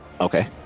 Okay